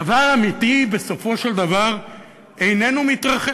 דבר אמיתי בסופו של דבר איננו מתרחש.